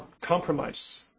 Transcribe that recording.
compromise